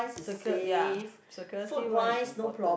secur~ ya security wise is important